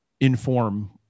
inform